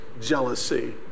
jealousy